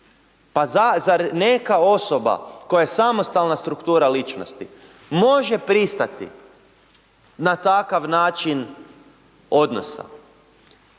Pa zar neka osoba koja je samostalna struktura ličnosti može pristati na takav način odnosa.